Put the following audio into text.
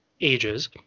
ages